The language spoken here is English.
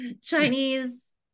Chinese